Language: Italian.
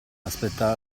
aspettare